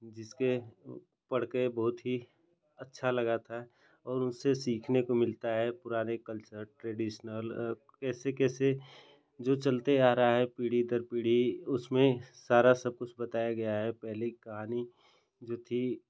जिसको पढ़कर बहुत अच्छा लगा था और उनसे सीखने को मिलता है पुराने कल्चर ट्रेडिशनल कैसे कैसे जो चलता आ रहा है पीढ़ी दर पीढ़ी उसमें सारा सबकुछ बताया गया है पहले की कहानी जो थी